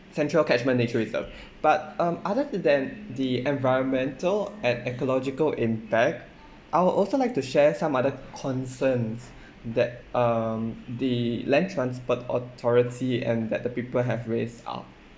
central catchment nature reserve but um other to than the environmental and ecological impact I would also like to share some other concerns that um the land transport authority and that the people have raised out